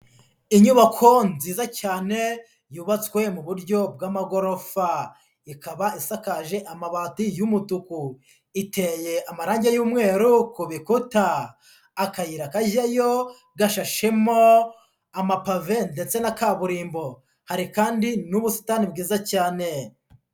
Inyubako nziza cyane yubatswe mu buryo bw'amagorofa, ikaba isakaje amabati y'umutuku, iteye amarangi y'umweru kubikuta, akayira kajyayo gashashemo amapave ndetse na kaburimbo, hari kandi n'ubusitani bwiza cyane.